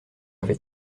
avait